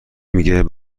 میگه